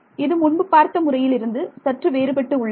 இது முன்பு பார்த்த முறையில் இருந்து சற்று வேறுபட்டு உள்ளது